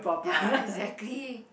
ya exactly